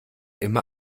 immer